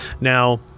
Now